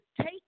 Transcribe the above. take